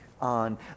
on